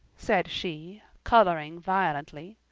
said she, colouring violently.